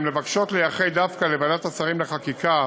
הן מבקשות לייחד דווקא לוועדת השרים לחקיקה